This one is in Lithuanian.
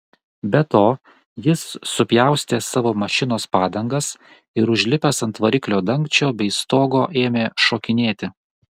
be to jis supjaustė savo mašinos padangas ir užlipęs ant variklio dangčio bei stogo ėmė šokinėti